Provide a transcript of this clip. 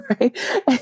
right